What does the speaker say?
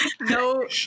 No